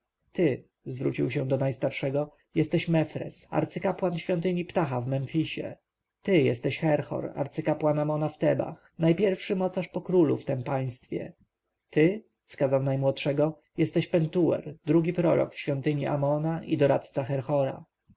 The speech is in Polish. ty zwrócił się do najstarszego jesteś mefres arcykapłan świątyni phta w memfisie ty jesteś herhor arcykapłan amona w tebach najpierwszy mocarz po królu w tem państwie ty wskazał najmłodszego jesteś pentuer drugi prorok w świątyni amona i doradca herhora